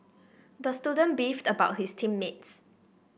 the student beefed about his team mates